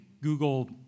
Google